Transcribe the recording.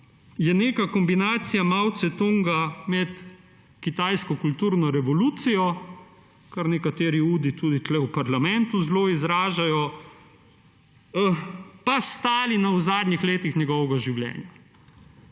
je neka kombinacija Mao Cetunga med kitajsko kulturno revolucijo, kar nekateri tudi tukaj v parlamentu zelo izražajo, pa Stalina v zadnjih letih njegovega življenja.